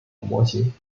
模型